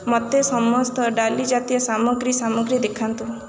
ମୋତେ ସମସ୍ତ ଡାଲି ଜାତୀୟ ସାମଗ୍ରୀ ସାମଗ୍ରୀ ଦେଖାନ୍ତୁ